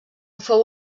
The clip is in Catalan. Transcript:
fou